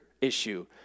issue